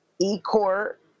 E-court